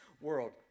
world